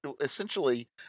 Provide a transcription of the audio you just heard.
essentially